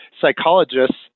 psychologists